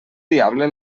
diable